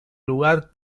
lugar